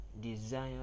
desire